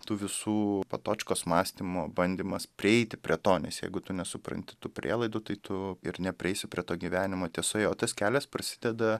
tų visų patočkos mąstymo bandymas prieiti prie to nes jeigu tu nesupranti tų prielaidų tai tu ir neprieisi prie to gyvenimo tiesoje o tas kelias prasideda